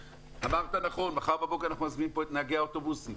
אמרת נכון - מחר בבוקר נזמין לפה את נהגי האוטובוסים.